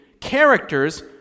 Characters